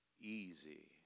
easy